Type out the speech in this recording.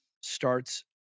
starts